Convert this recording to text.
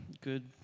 good